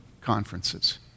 conferences